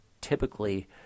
Typically